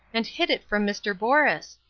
and hid it from mr. borus.